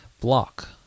block